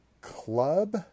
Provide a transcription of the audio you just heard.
club